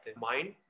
Mind